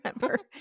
remember